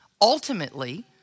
Ultimately